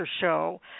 Show